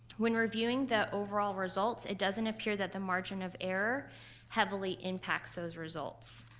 when reviewing the overall results, it doesn't appear that the margin of error heavily impacts those results.